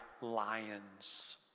lions